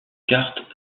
cartes